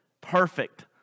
perfect